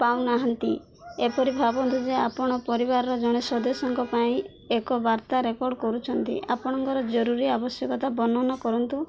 ପାଉନାହାନ୍ତି ଏପରି ଭାବନ୍ତୁ ଯେ ଆପଣ ପରିବାରର ଜଣେ ସଦସ୍ୟଙ୍କ ପାଇଁ ଏକ ବାର୍ତ୍ତା ରେକର୍ଡ଼ କରୁଛନ୍ତି ଆପଣଙ୍କର ଜରୁରୀ ଆବଶ୍ୟକତା ବର୍ଣ୍ଣନା କରନ୍ତୁ